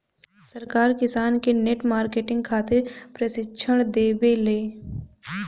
सरकार किसान के नेट मार्केटिंग खातिर प्रक्षिक्षण देबेले?